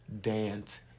dance